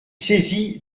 saisi